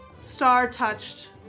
star-touched